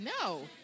No